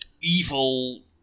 evil